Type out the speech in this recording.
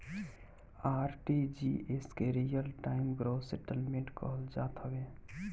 RTGS के real time gross settlement कहल जात हवे